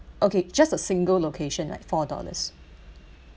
okay just a single location like four dollars